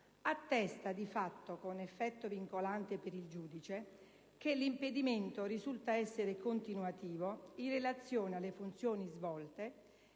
attesta, di fatto con effetto vincolante per il giudice, che l'impedimento risulta essere "continuativo" in relazione alle funzioni svolte,